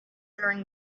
during